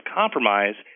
compromise